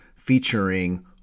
Featuring